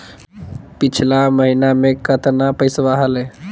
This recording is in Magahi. पिछला महीना मे कतना पैसवा हलय?